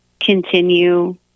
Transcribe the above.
continue